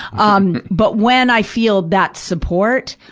um but when i feel that support,